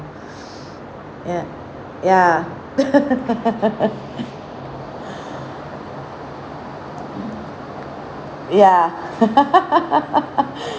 ya ya ya